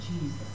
Jesus